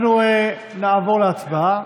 אנחנו נעבור להצבעה.